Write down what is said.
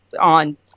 on